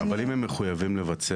אבל אם הם מחויבים לבצע,